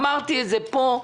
אמרתי את זה פה.